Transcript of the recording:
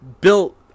built